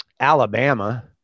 alabama